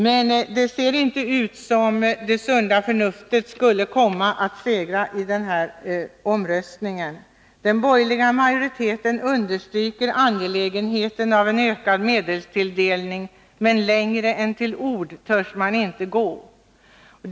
Det ser dock inte ut som om det sunda förnuftet skulle komma att segra i denna omröstning. Den borgerliga majoriteten understryker angelägenheten av en ökad medelstilldelning, men längre än till ord törs man inte gå.